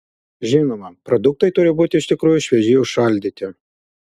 žinoma produktai turi būti iš tikrųjų švieži užšaldyti